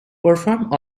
perform